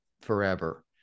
Forever